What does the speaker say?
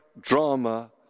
drama